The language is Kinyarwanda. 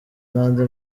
n’andi